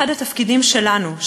אחד התפקידים שלנו,